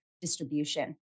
distribution